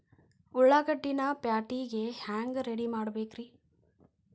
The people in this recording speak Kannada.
ಉಳ್ಳಾಗಡ್ಡಿನ ಪ್ಯಾಟಿಗೆ ಹ್ಯಾಂಗ ರೆಡಿಮಾಡಬೇಕ್ರೇ?